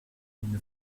une